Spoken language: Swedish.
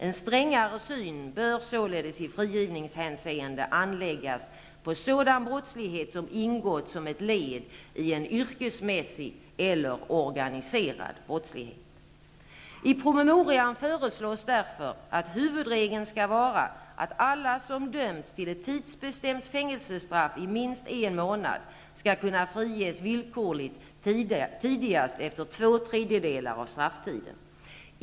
En strängare syn bör således i frigivningshänseende anläggas på sådan brottslighet som ingått som ett led i en yrkesmässig eller organiserad brottslighet. I promemorian föreslås därför att huvudregeln skall vara att alla som dömts till ett tidsbestämt fängelsestraff i minst en månad skall kunna friges villkorligt tidigast efter två tredjedelar av strafftiden.